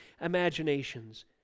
imaginations